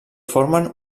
formen